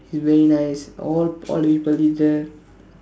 it's very nice all all the people eat there